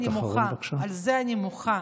על זה אני מוחה, על זה אני מוחה.